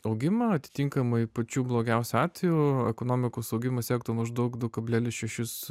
augimą atitinkamai pačiu blogiausiu atveju ekonomikos augimas siektų maždaug du kablelis šešis